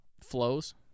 flows